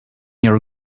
your